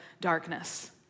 darkness